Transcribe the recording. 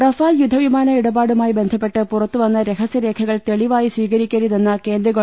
Rafale യുദ്ധവിമാന ഇടപാടുമായി ബന്ധപ്പെട്ട് പുറത്തുവന്ന രഹസ്യരേഖകൾ തെളിവായി സ്വീകരിക്കരുതെന്ന് കേന്ദ്ര ഗവ